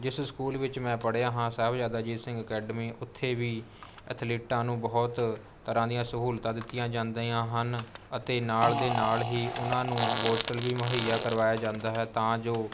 ਜਿਸ ਸਕੂਲ ਵਿੱਚ ਮੈਂ ਪੜ੍ਹਿਆਂ ਹਾਂ ਸਾਹਿਬਜ਼ਾਦਾ ਅਜੀਤ ਸਿੰਘ ਅਕੈਡਮੀ ਉੱਥੇ ਵੀ ਐਥਲੀਟਾਂ ਨੂੰ ਬਹੁਤ ਤਰ੍ਹਾਂ ਦੀਆਂ ਸਹੂਲਤਾਂ ਦਿੱਤੀਆਂ ਜਾਂਦੀਆ ਹਨ ਅਤੇ ਨਾਲ ਦੇ ਨਾਲ ਹੀ ਉਨ੍ਹਾਂ ਨੂੰ ਹੋਸਟਲ ਵੀ ਮੁਹੱਈਆਂ ਕਰਵਾਇਆ ਜਾਂਦਾ ਹੈ ਤਾਂ ਜੋ